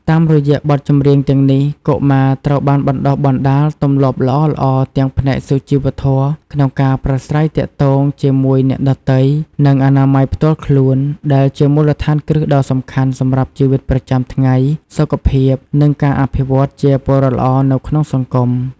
តាមរយៈបទចម្រៀងទាំងនេះ កុមារត្រូវបានបណ្ដុះបណ្ដាលទម្លាប់ល្អៗទាំងផ្នែកសុជីវធម៌ក្នុងការប្រាស្រ័យទាក់ទងជាមួយអ្នកដទៃ និងអនាម័យផ្ទាល់ខ្លួន ដែលជាមូលដ្ឋានគ្រឹះដ៏សំខាន់សម្រាប់ជីវិតប្រចាំថ្ងៃ សុខភាព និងការអភិវឌ្ឍជាពលរដ្ឋល្អនៅក្នុងសង្គម។